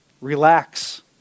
Relax